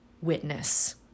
witness